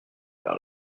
vers